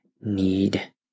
need